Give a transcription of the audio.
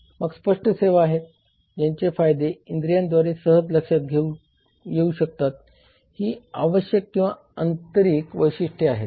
मग स्पष्ट सेवा आहेत ज्यांचे फायदे इंद्रियांद्वारे सहज लक्षात येऊ शकतात ही आवश्यक किंवा आंतरिक वैशिष्ट्ये आहेत